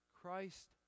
Christ